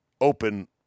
open